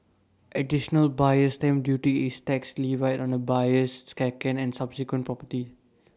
additional buyer's stamp duty is tax levied on A buyer's second and subsequent property